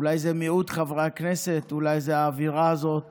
אולי זה מיעוט חברי הכנסת, אולי זו האווירה הזאת